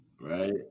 Right